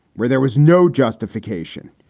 where there was no justification.